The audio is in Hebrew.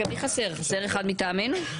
רגע, חסר אחד מטעמנו?